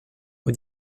aux